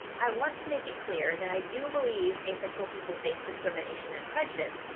i want to make it clear that i do believe asexual people face discrimination and prejudice,